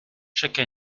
chaque